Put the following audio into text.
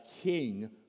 king